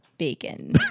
bacon